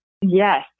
yes